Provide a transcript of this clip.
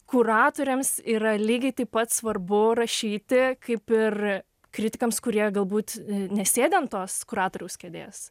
kuratoriams yra lygiai taip pat svarbu rašyti kaip ir kritikams kurie galbūt i nesėdi ant tos kuratoriaus kėdės